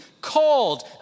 called